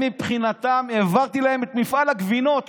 הם, מבחינתם, העברתי להם את מפעל הגבינות.